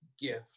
gift